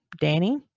Danny